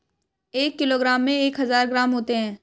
एक किलोग्राम में एक हजार ग्राम होते हैं